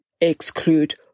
exclude